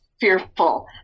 fearful